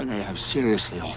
have seriously ah